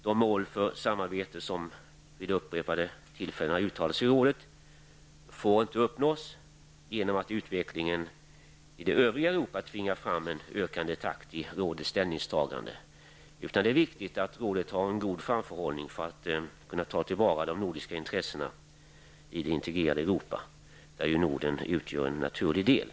De mål för samarbete som vid upprepade tillfällen har uttalats i rådet får inte uppnås genom att utvecklingen i det övriga Europa tvingar fram en ökande takt i rådets ställningstaganden, utan det är viktigt att rådet har en god framförhållning för att kunna ta till vara de nordiska intressena i det integrerade Europa, där ju Norden utgör en naturlig del.